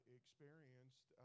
experienced